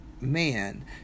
man